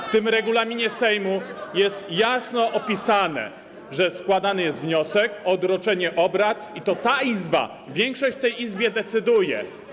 W regulaminie Sejmu jest jasno opisane, że gdy składany jest wniosek o odroczenie obrad, to ta Izba, większość w tej Izbie decyduje.